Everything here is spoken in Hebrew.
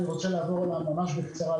אני אעבור עליהם בקצרה: